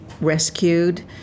rescued